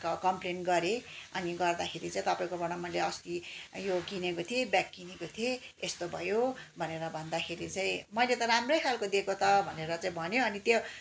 क कम्प्लेन गरेँ अनि गर्दाखेरि चाहिँ तपाईँकोबाट मैले अस्ति यो किनेको थिएँ ब्याग किनेको थिएँ यस्तो भयो भनेर भन्दाखेरि चाहिँ मैले त राम्रै खालको दिएको त भनेर चाहिँ भन्यो अनि त्यो